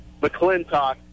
McClintock